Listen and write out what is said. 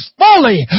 fully